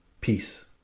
Peace